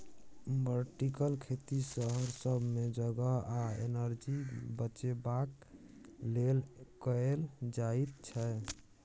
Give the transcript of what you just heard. vertical खेती शहर सब मे जगह आ एनर्जी बचेबाक लेल कएल जाइत छै